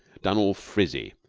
done all frizzy.